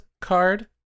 card